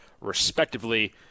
respectively